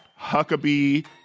Huckabee